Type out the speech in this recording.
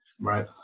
Right